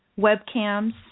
webcams